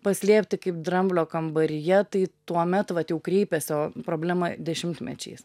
paslėpti kaip dramblio kambaryje tai tuomet vat jau kreipiasi o problema dešimtmečiais